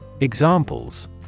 Examples